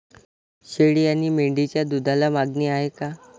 शेळी आणि मेंढीच्या दूधाला मागणी आहे का?